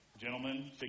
gentlemen